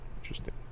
Interesting